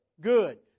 good